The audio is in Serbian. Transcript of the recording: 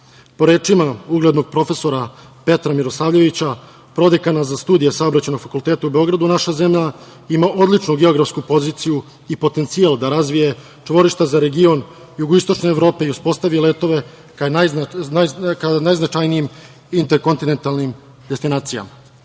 Po rečima uglednog profesora Petra Mirosavljevića, prodekana za studije na Saobraćajnom fakultetu u Beogradu, naša zemlja ima odličnu, geografsku poziciju i potencijal da razvije čvorišta za region jugoistočne Evrope i uspostavi letove ka najznačajnijim interkontinentalnim destinacijama.